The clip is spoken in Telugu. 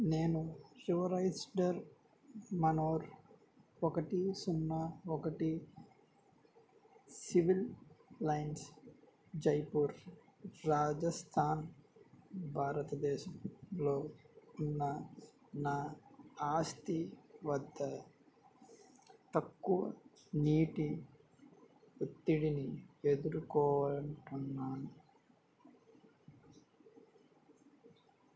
నేను రివర్సైడ మనోర్ ఒకటి సున్నా ఒకటి సివిల్ లైన్స్ జైపూర్ రాజస్థాన్ భారతదేశంలో ఉన్న నా ఆస్తి వద్ద తక్కువ నీటి ఒత్తిడిని ఎదురుకుంటున్నాను